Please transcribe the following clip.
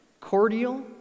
cordial